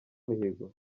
mihigo